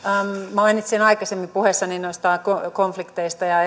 mainitsin aikaisemmin puheessani konfliktit ja